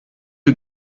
you